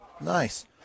Nice